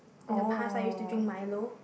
in the past I used to drink milo